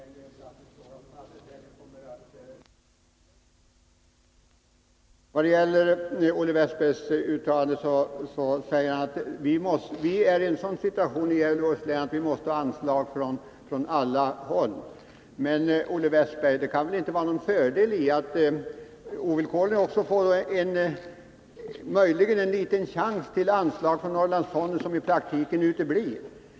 Herr talman! Periodernas längd är en praktisk fråga som alldeles säkert kommer att lösas till belåtenhet i verksamheten. Olle Westberg i Hofors sade: Vi är i en sådan situation i Gävleborgs län att vi måste få anslag från alla håll. Men det kan väl inte vara någon fördel att 143 möjligen få en liten chans till anslag från Norrlandsfonden som i praktiken uteblir.